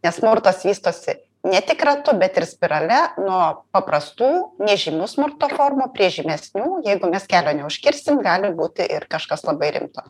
nes smurtas vystosi ne tik ratu bet ir spirale nuo paprastų nežymių smurto formų prie žymesnių jeigu mes kelio neužkirsim gali būti ir kažkas labai rimto